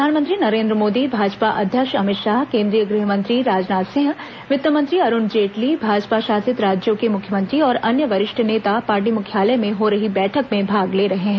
प्रधानमंत्री नरेन्द्र मोदी भाजपा अध्यक्ष अमित शाह केंद्रीय गृहमंत्री राजनाथ सिंह वित्त मंत्री अरूण जेटली भाजपा शासित राज्यों के मुख्यमंत्री और अन्य वरिष्ठ नेता पार्टी मुख्यालय में हो रही बैठक में भाग ले रहे हैं